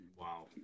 wow